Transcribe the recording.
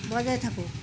বজায় থাকুক